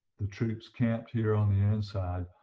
the troops camped here on the inside